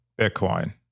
Bitcoin